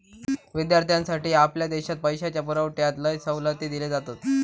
विद्यार्थ्यांसाठी आपल्या देशात पैशाच्या पुरवठ्यात लय सवलती दिले जातत